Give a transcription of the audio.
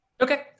Okay